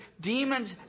demons